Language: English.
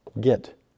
Get